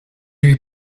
lui